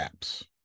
apps